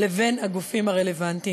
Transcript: ובין הגופים הרלוונטיים.